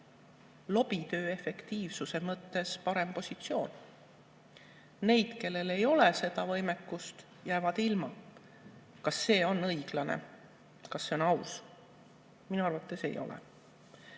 lobitöö efektiivsuse mõttes parem positsioon. Need, kellel ei ole seda võimekust, jäävad ilma. Kas see on õiglane? Kas see on aus? Minu arvates ei ole.